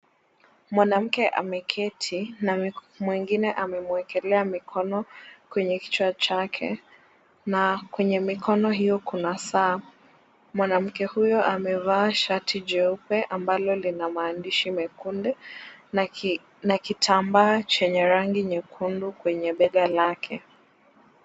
Mwanamke ameketi na mwingine amemwekelea mikono kwenye kichwa chake na kwenye mikono hiyo kuna saa. Mwanamke huyo amevaa shati jeupe ambalo lina maandishi mekundu na kitambaa chenye rangi nyekundu kwenye bega lake.